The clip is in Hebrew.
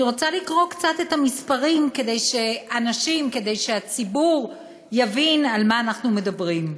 אני רוצה לקרוא את המספרים כדי שהציבור יבין על מה אנחנו מדברים.